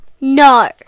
No